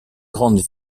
grande